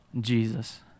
Jesus